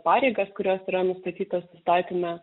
pareigas kurios yra nustatytos įstatyme